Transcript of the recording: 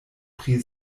pri